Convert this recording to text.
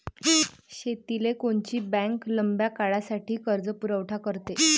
शेतीले कोनची बँक लंब्या काळासाठी कर्जपुरवठा करते?